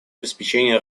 обеспечения